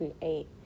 create